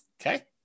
Okay